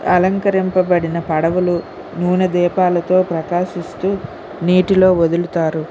అలంకరింపబడిన పడవలు నూనె దీపాలతో ప్రకాశిస్తూ నీటిలో వదులుతారు